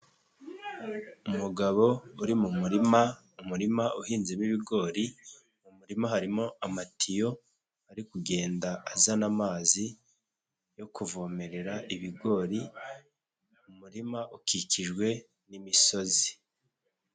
Umugabo uri mu murima, umurima uhinzemo ibigori, mu murima harimo amatiyo ari kugenda azana amazi yo kuvomerera ibigori, umurima ukikijwe n'imisozi.